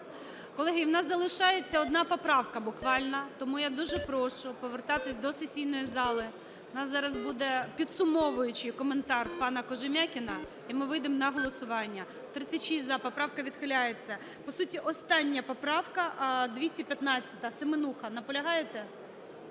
Колеги, у нас залишається одна поправка буквально, тому я дуже прошу повертатися до сесійної зали, у нас зараз буде підсумовуючий коментар пана Кожем'якіна і ми вийдемо на голосування. 10:19:22 За-36 Поправка відхиляється. По суті, остання поправка 215. Семенуха, наполягаєте?